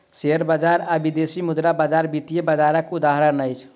share बजार आ विदेशी मुद्रा बजार वित्तीय बजारक उदाहरण अछि